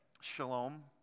shalom